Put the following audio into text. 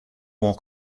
more